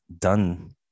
done